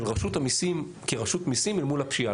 רשות המיסים כרשות מיסים אל מול הפשיעה,